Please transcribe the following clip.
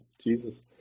Jesus